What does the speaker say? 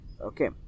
okay